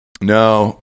No